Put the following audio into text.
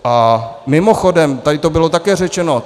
A mimochodem tady to bylo také řečeno.